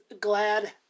glad